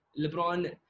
LeBron